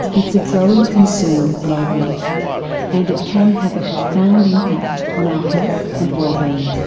it's a growing concern globally and it can have a profound impact on our health and wellbeing.